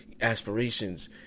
aspirations